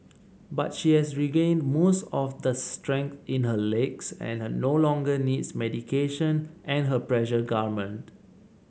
but she has regained most of the strength in her legs and no longer needs medication and her pressure garment